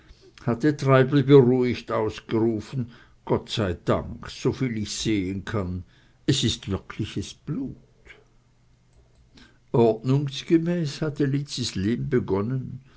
hatte treibel beruhigt ausgerufen gott sei dank soviel ich sehen kann es ist wirkliches blut ordnungsmäßig hatte lizzis leben begonnen